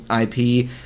IP